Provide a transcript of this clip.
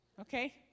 okay